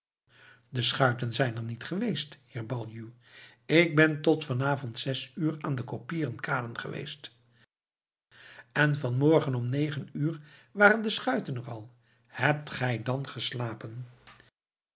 de schuiten zijn er niet geweest heer baljuw ik ben tot van avond zes uur aan de koppieren kade geweest en van morgen om negen uur waren de schuiten er al hebt gij dan geslapen